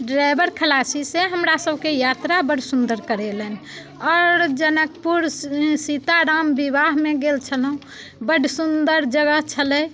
driver खलासी से हमरा सबके यात्रा बड़ सुंदर करेलनि आओर जनकपुर सीता राम विवाहमे गेल छलहुँ बड सुंदर जगह छलै